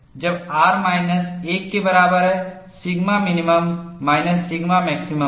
जब R minus 1 के बराबर है σMIN माइनस σMAX है